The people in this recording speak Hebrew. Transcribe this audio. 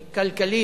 הכלכלי,